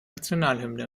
nationalhymne